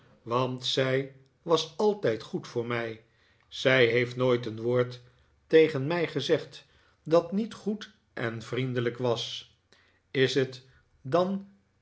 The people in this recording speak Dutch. want zij was altijd goed voor mij zij heeft nooit een woord tegen mij gezegd dat niet goed en vriendelijk was is het dan